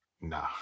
Nah